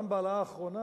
גם בהעלאה האחרונה,